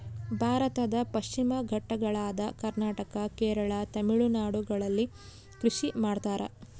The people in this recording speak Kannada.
ಭಾರತದ ಪಶ್ಚಿಮ ಘಟ್ಟಗಳಾದ ಕರ್ನಾಟಕ, ಕೇರಳ, ತಮಿಳುನಾಡುಗಳಲ್ಲಿ ಕೃಷಿ ಮಾಡ್ತಾರ?